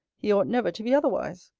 he ought never to be otherwise.